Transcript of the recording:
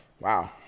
Wow